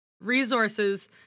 resources